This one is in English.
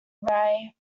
rye